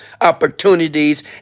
opportunities